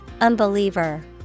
Unbeliever